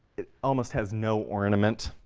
it almost has no ornament.